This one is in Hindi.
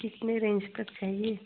कितनी रेंज तक चाहिए